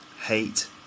hate